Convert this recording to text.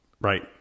Right